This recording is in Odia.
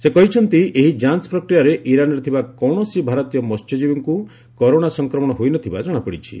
ସେ କହିଛନ୍ତି ଏହି ଯାଞ୍ ପ୍ରକ୍ରିୟାରେ ଇରାନ୍ରେ ଥିବା କୌଣସି ଭାରତୀୟ ମହ୍ୟଜୀବୀଙ୍କୁ କରୋନା ସଂକ୍ରମଣ ହୋଇ ନ ଥିବା କଣାପଡ଼ିଛି